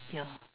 ya